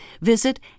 visit